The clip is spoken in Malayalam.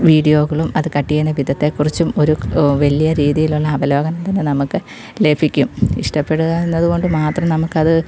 വീഡിയോകളും അത് കട്ട് ചെയ്യുന്ന വിധത്തെക്കുറിച്ചും ഒരു വലിയ രീതിയിലുള്ള അവലോകനം തന്നെ നമുക്ക് ലഭിക്കും ഇഷ്ടപ്പെടുക എന്നതുകൊണ്ട് മാത്രം നമുക്കത്